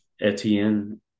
Etienne